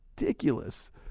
ridiculous